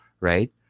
right